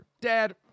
Dad